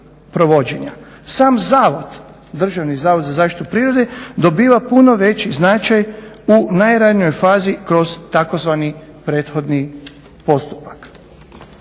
Sam zavod, Državni zavod za zaštitu prirode dobiva puno veći značaj u najranijoj fazi kroz tzv. prethodni postupak.